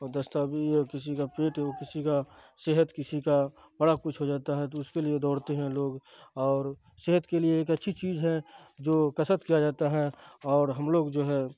دست آوی اور کسی کا پیٹ کسی کا صحت کسی کا بڑا کچھ ہو جاتا ہے تو اس کے لیے دوڑتے ہیں لوگ اور صحت کے لیے ایک اچھی چیز ہے جو کثرت کیا جاتا ہے اور ہم لوگ جو ہے